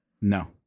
No